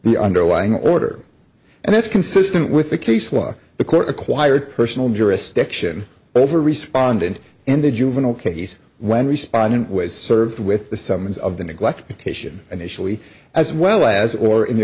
the underlying order and that's consistent with the case law the court required personal jurisdiction over responded in the juvenile case when responding was served with the summons of the neglect petition initially as well as or in the